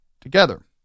together